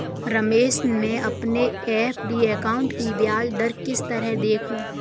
रमेश मैं अपने FD account की ब्याज दर किस तरह देखूं?